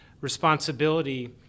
responsibility